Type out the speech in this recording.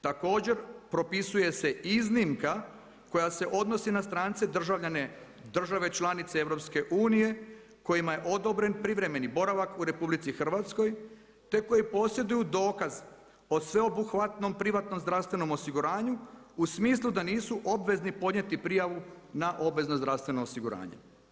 Također, propisuje se iznimka koja se odnosi na strance državljane države članice EU-a, kojima je odobren privremeni boravak u RH te koji posjeduju o sveobuhvatnom privatnom zdravstvenom osiguranju u smislu da nisu obvezni podnijeti prijavu na obveza zdravstvena osiguranja.